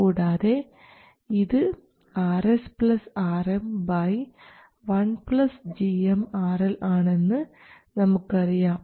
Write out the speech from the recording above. കൂടാതെ ഇത് RsRm1gmRL ആണെന്ന് നമുക്കറിയാം